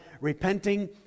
repenting